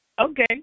Okay